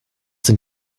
sind